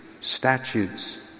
Statutes